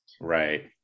Right